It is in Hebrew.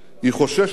היא חוששת